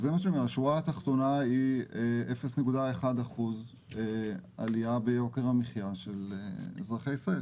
השורה התחתונה היא 0.1% עלייה ביוקר המחיה של אזרחי ישראל,